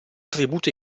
tributo